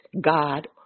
God